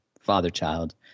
father-child